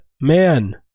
man